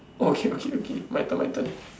okay okay okay my turn my turn